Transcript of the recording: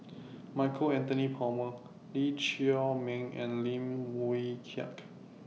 Michael Anthony Palmer Lee Chiaw Meng and Lim Wee Kiak